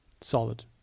Solid